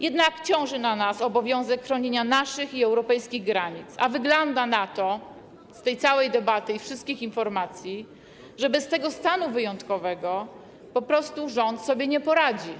Jednak ciąży na nas obowiązek chronienia naszych i europejskich granic, a wygląda na to - jak wynika z tej całej debaty i wszystkich informacji - że bez tego stanu wyjątkowego rząd po prostu sobie nie poradzi.